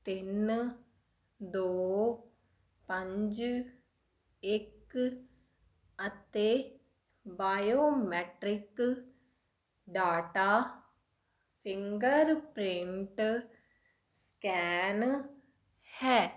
ਤਿੰਨ ਦੋ ਪੰਜ ਇੱਕ ਅਤੇ ਬਾਇਓਮੈਟਰਿਕ ਡਾਟਾ ਫਿੰਗਰਪ੍ਰਿੰਟ ਸਕੈਨ ਹੈ